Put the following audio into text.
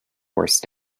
worst